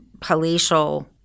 palatial